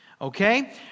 okay